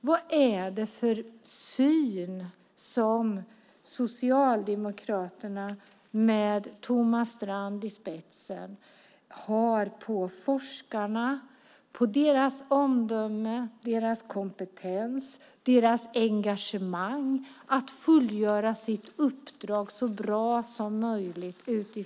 Vad är det för syn som Socialdemokraterna med Thomas Strand i spetsen har på forskarna, på deras omdöme, på deras kompetens och på deras engagemang när det gäller att fullgöra sitt uppdrag så bra som möjligt?